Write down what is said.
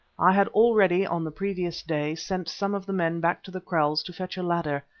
i had already on the previous day sent some of the men back to the kraals to fetch a ladder,